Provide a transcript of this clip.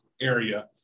area